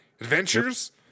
adventures